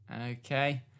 Okay